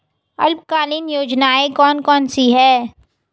अल्पकालीन योजनाएं कौन कौन सी हैं?